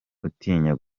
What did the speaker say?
utinya